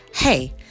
Hey